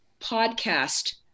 podcast